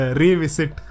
revisit